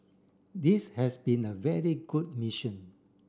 this has been a very good mission